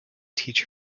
teach